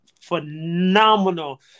Phenomenal